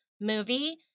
movie